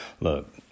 Look